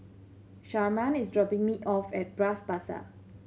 Sharman is dropping me off at Bras Basah